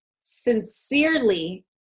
sincerely